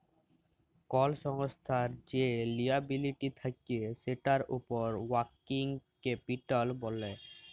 call সংস্থার যে liability থাক্যে সেটার উপর ওয়ার্কিং ক্যাপিটাল ব্যলে